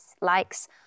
likes